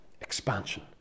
Expansion